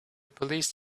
police